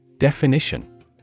Definition